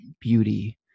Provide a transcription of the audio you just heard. beauty